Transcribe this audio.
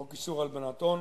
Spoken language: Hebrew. חוק איסור הלבנת הון,